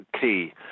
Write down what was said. key